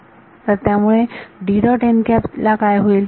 तर त्यामुळे ला काय होईल